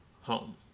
home